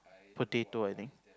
potato I think